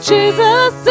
Jesus